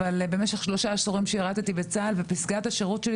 אבל במשך שלושה עשורים שירתי בצה"ל ופסגת השירות שלי